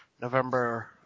November